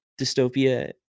dystopia